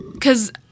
cause